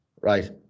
right